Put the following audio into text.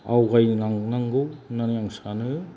आवगायलांनांगौ होन्नानै आं सानो